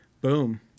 Boom